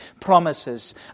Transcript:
promises